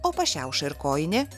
o pašiauša ir kojinė